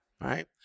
Right